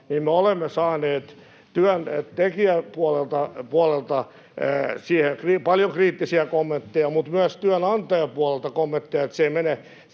me olemme saaneet työntekijäpuolelta siihen paljon kriittisiä kommentteja, mutta myös työnantajapuolelta kommentteja, että se ei mene